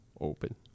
open